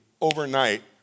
overnight